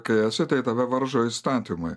kai esi tai tave varžo įstatymai